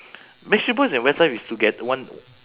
backstreet boys and westlife is toge~ one